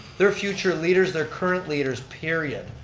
they're future leaders, they're current leaders, period.